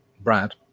Brad